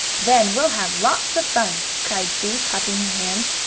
then we'll have lots of fun! cried sue, clapping her hands.